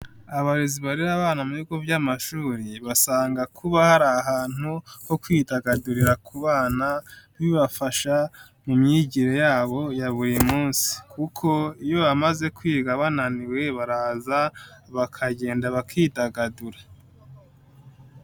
Abarezi barera abana mu bigo by'amashuri basanga kuba hari ahantu ho kwidagadurira ku bana bibafasha mu myigire yabo ya buri munsi, kuko iyo bamaze kwiga bananiwe baraza bakagenda bakidagadura.